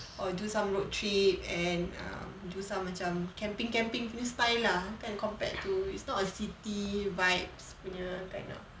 or do some road trip and um do some macam camping camping punya style lah kan compared to it's not a city vibes punya kind of